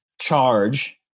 charge